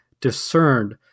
discerned